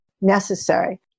necessary